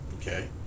okay